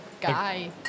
guy